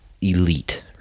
elite